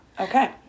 Okay